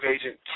agent